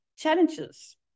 challenges